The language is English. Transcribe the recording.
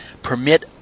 permit